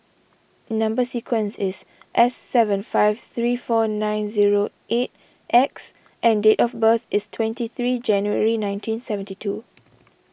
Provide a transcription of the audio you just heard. Number Sequence is S seven five three four nine zero eight X and date of birth is twenty three January nineteen seventy two